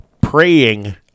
praying